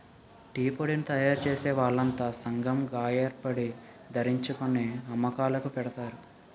టీపొడిని తయారుచేసే వాళ్లంతా సంగం గాయేర్పడి ధరణిర్ణించుకొని అమ్మకాలుకి పెడతారు